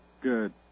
Good